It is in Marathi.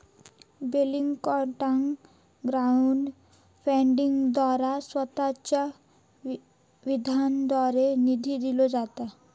बेलिंगकॅटाक क्राउड फंडिंगद्वारा स्वतःच्या विधानाद्वारे निधी दिलो जाता